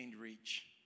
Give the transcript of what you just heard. reach